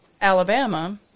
Alabama